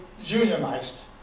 unionized